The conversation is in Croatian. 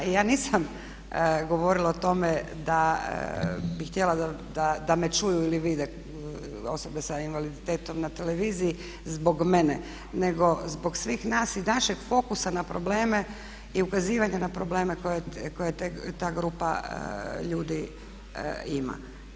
I ja nisam govorila o tome da bih htjela da me čuju ili vide osobe sa invaliditetom na televiziji zbog mene nego zbog svih nas i našeg fokusa na probleme i ukazivanje na probleme koje ta grupa ljudi ima.